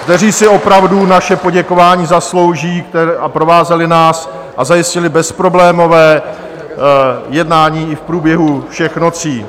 ... kteří si opravdu naše poděkování zaslouží a provázeli nás a zajistili bezproblémové jednání i v průběhu všech nocí.